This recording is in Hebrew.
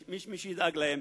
מי שידאג להם.